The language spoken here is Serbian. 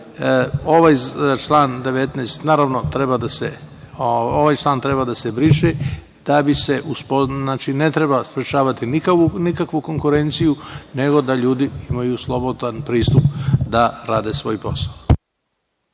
ovaj član 19. treba da se briše, ne treba sprečavati nikakvu konkurenciju, nego da ljudi imaju slobodan pristup da rade svoj posao.